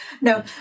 No